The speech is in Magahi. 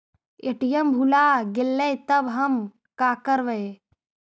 ए.टी.एम भुला गेलय तब हम काकरवय?